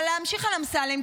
אבל להמשיך על אמסלם,